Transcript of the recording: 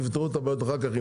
תפתרו את הבעיות אחר כך,